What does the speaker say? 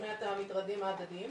שמונע את המטרדים ההדדיים,